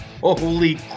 holy